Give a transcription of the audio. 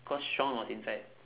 cause shawn was inside